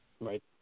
right